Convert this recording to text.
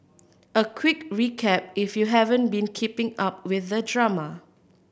a quick recap if you haven't been keeping up with the drama